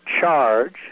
charge